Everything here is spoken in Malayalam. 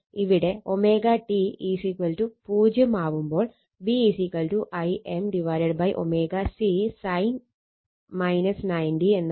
ഇവിടെ ω t 0 ആവുമ്പോൾ V Im ω c sin 90° എന്നാവും